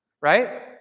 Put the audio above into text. Right